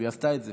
והיא עשתה את זה.